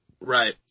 Right